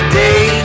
day